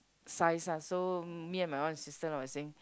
size ah so me and my one of sisters were saying